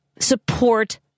support